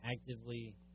actively